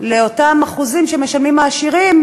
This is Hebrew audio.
לאחוזים שהעשירים